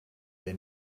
they